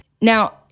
Now